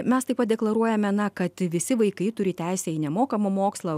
mes taip pat deklaruojame na kad visi vaikai turi teisę į nemokamą mokslą